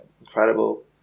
incredible